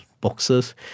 boxes